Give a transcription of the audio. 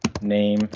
name